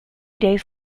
days